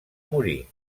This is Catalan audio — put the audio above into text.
morir